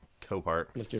co-part